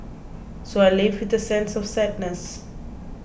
so I leave with a sense of sadness